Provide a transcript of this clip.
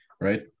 right